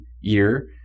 year